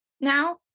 Now